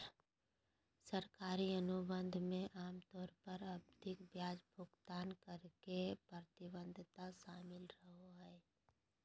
सरकारी अनुबंध मे आमतौर पर आवधिक ब्याज भुगतान करे के प्रतिबद्धता शामिल रहो हय